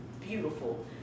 beautiful